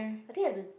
I think have to